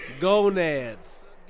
gonads